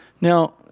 Now